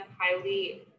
highly